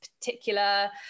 particular